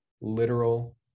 literal